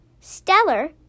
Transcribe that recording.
Stellar